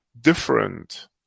different